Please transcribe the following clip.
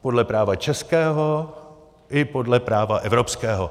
Podle práva českého i podle práva evropského.